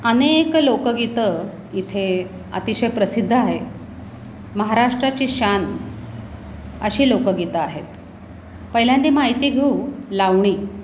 अनेक लोकगीतं इथे अतिशय प्रसिद्ध आहे महाराष्ट्राची शान अशी लोकगीतं आहेत पहिल्यांदा माहिती घेऊ लावणी